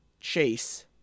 chase